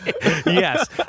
Yes